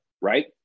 right